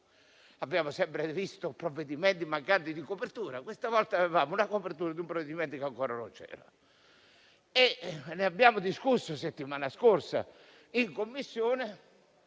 Abbiamo sempre visto provvedimenti mancanti di copertura. Questa volta avevamo una copertura per un provvedimento che ancora non c'era. Ne abbiamo discusso la settimana scorsa in Commissione